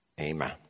amen